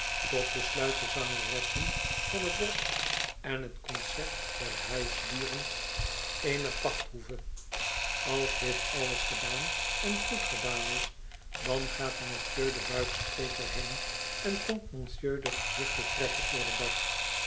tot besluit de zangeressen van t bosch en t concert der huisdieren eener pachthoeve als dit alles gedaan en goed gedaan is dan gaat monsieur de buikspreker heen en komt monsieur de gezichten trekker voor den dag